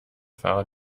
fahrer